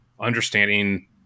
understanding